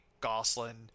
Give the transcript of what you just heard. goslin